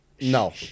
No